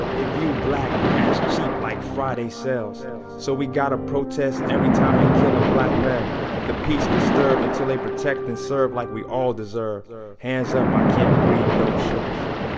they view black as cheap, like friday sales so we gotta protest every time they kill a black male the peace disturbed until they protect and serve like we all deserve hands up i can't breathe don't shoot shoot